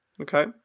Okay